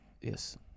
yes